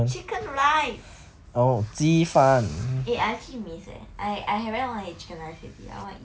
chicken rice eh I actually miss leh I I have very long never eat chicken rice already I want to eat